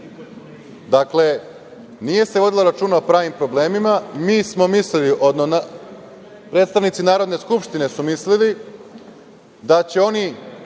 DS.Dakle, nije se vodilo računa o pravim problemima. Predstavnici Narodne skupštine su mislili da će oni